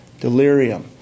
Delirium